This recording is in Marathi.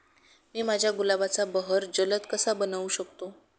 मी माझ्या गुलाबाचा बहर जलद कसा बनवू शकतो?